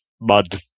mud